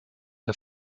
der